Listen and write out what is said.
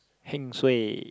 heng suay